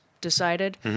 decided